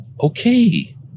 Okay